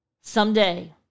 Someday